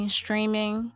streaming